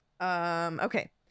Okay